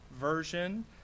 version